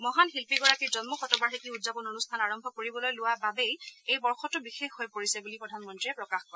মহান শিল্পীগৰাকীৰ জন্ম শতবাৰ্ষিকী উদযাপন অনুষ্ঠান আৰম্ভ কৰিবলৈ লোৱাৰ বাবেই এই বৰ্ষটো বিশেষ হৈ পৰিছে বুলি প্ৰধানমন্ত্ৰীয়ে প্ৰকাশ কৰে